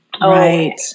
Right